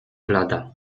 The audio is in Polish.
blada